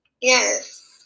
Yes